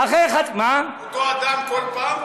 אותו אדם כל פעם?